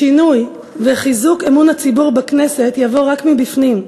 השינוי וחיזוק אמון הציבור בכנסת יבואו רק מבפנים,